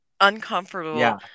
uncomfortable